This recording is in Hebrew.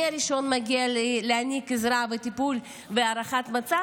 מי הראשון שמגיע להעניק עזרה וטיפול והערכת מצב?